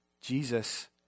Jesus